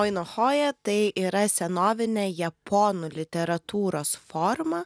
oinochojė tai yra senovinė japonų literatūros forma